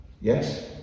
Yes